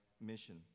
mission